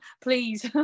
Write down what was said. please